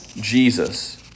Jesus